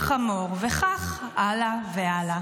חמור, וכך הלאה והלאה.